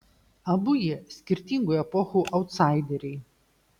abu jie skirtingų epochų autsaideriai